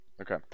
okay